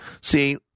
See